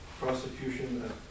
prosecution